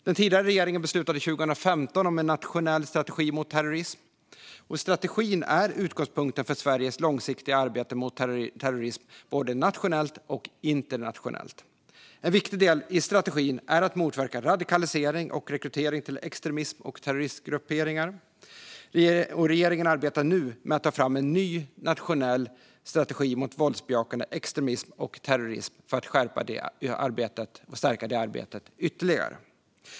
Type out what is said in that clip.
Den tidigare regeringen beslutade 2015 om en nationell strategi mot terrorism. Strategin är utgångspunkten för Sveriges långsiktiga arbete mot terrorism både nationellt och internationellt. En viktig del av strategin är att motverka radikalisering och rekrytering till extremist och terroristgrupperingar. Regeringen arbetar nu med att ta fram en ny nationell strategi mot våldsbejakande extremism och terrorism för att skärpa och stärka det arbetet ytterligare.